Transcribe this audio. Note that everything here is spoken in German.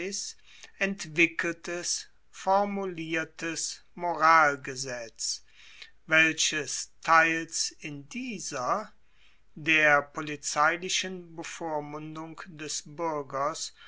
entwickeltes formuliertes moralgesetz welches teils in dieser der polizeilichen bevormundung des buergers